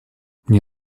мне